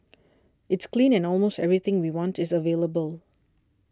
it's clean and almost everything we want is available